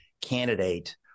candidate